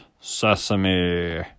Sesame